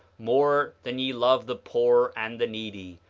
more than ye love the poor and the needy,